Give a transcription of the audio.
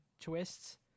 twists